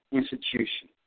institution